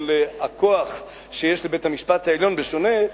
של הכוח שיש לבית-המשפט העליון, בשונה,